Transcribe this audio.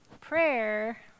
Prayer